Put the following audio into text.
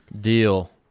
Deal